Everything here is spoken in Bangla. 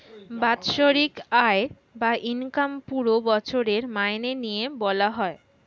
বাৎসরিক আয় বা ইনকাম পুরো বছরের মাইনে নিয়ে বলা হয়